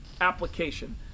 application